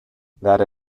that